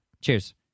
Cheers